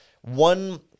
one